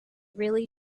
really